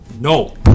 no